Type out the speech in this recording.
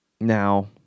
Now